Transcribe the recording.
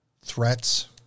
threats